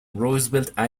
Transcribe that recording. roosevelt